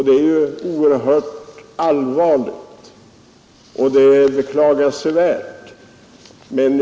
Det är ju oerhört allvarligt och beklagansvärt.